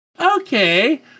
Okay